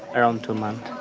around two months.